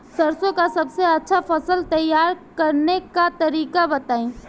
सरसों का सबसे अच्छा फसल तैयार करने का तरीका बताई